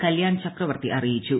കല്യാൺ ചക്രവർത്തി അറിയിച്ചു